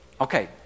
Okay